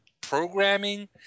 programming